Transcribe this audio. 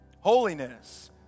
Holiness